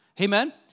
Amen